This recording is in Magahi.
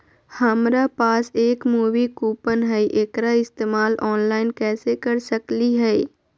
हमरा पास एक मूवी कूपन हई, एकरा इस्तेमाल ऑनलाइन कैसे कर सकली हई?